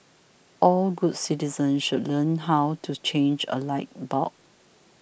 all good citizens should learn how to change a light bulb